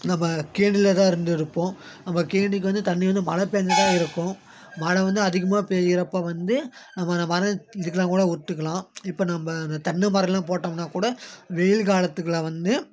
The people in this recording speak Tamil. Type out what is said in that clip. நம்ம கேணியில் தான் இருந்து எடுப்போம் நம்ம கேணிக்கு வந்து தண்ணி வந்து மழை பெஞ்சால் தான் இருக்கும் மழை வந்து அதிகமாக பெய்கிறப்போ வந்து நம்ம நம்ம மரத்தை இதுக்குலாம் கூட விட்டுக்கலாம் இப்போ நம்ம அந்த தென்னை மரம்லாம் போட்டம்னா கூட வெயில் காலத்துக்கலாம் வந்து